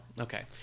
okay